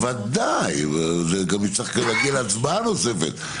ודאי, וזה גם יצטרך להגיע להצבעה נוספת.